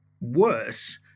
worse